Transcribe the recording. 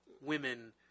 women